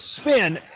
spin